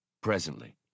Presently